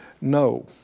No